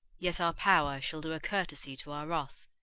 yet our power shall do a courtesy to our wrath,